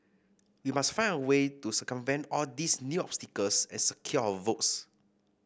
we must find a way to circumvent all these new obstacles and secure our votes